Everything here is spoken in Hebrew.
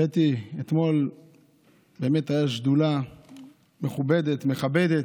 קטי, אתמול באמת הייתה שדולה מכובדת, מכבדת.